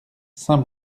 saint